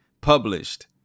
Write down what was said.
published